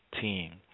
team